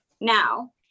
Now